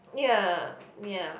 ya ya